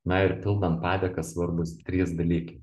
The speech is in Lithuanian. na ir pildant padėkas svarbūs trys dalykai